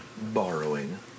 borrowing